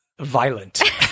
violent